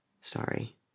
Sorry